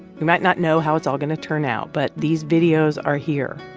we might not know how it's all going to turn out, but these videos are here.